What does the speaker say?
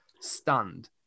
stunned